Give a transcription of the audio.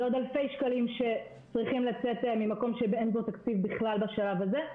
זה עוד אלפי שקלים שצריכים לצאת ממקום שאין בו תקציב בכלל בשלב הזה.